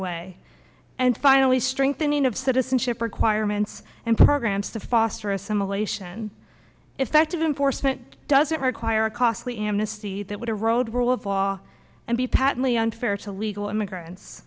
way and finally strengthening of citizenship requirements and programs to foster assimilation effective enforcement doesn't require a costly amnesty that would erode rule of law and be patently unfair to legal immigrants